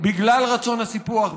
בגלל רצון הסיפוח,